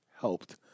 helped